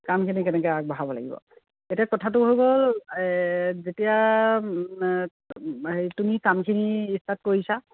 কামখিনি কেনেকৈ আগবঢ়াব লাগিব এতিয়া কথাটো হৈ গ'ল যেতিয়া হেৰি তুমি কামখিনি ষ্টাৰ্ট কৰিছা